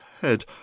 head